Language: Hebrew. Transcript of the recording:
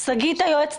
יוסי